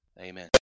Amen